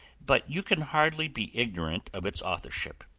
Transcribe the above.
but you can hardly be ignorant of its authorship.